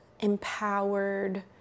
empowered